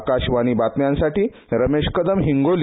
आकाशवाणी बातम्यांसाठी रमेश कदम हिंगोली